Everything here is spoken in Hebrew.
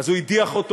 אז הוא הדיח אותו.